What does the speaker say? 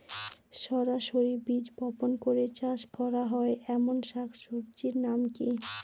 সরাসরি বীজ বপন করে চাষ করা হয় এমন শাকসবজির নাম কি কী?